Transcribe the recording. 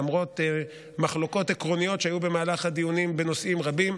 למרות מחלוקות עקרוניות שהיו במהלך הדיונים בנושאים רבים,